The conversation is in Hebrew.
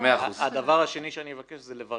הדבר השני שאני אבקש זה לברר,